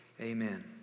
Amen